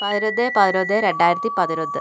പതിനൊന്ന് പതിനൊന്ന് രണ്ടായിരത്തി പതിനൊന്ന്